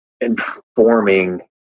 informing